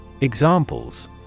Examples